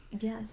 Yes